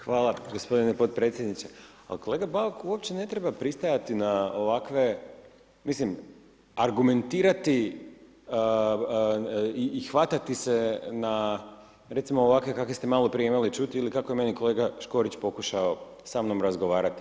Hvala gospodine podpredsjedniče, al kolega Bauk uopće ne treba pristajati na ovakve, mislim argumentirati i hvatati se na ovakve recimo kakve ste maloprije imali čuti ili kako je meni kolega Škorić pokušao sa mnom razgovarati.